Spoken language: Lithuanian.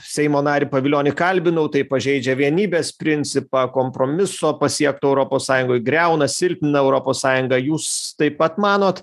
seimo narį pavilionį kalbinau tai pažeidžia vienybės principą kompromiso pasiekt europos sąjungoj griauna silpnina europos sąjungą jūs taip pat manot